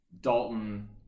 Dalton